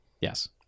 Yes